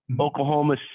Oklahoma